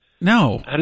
No